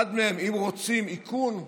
אחד מהם: אם רוצים איכון,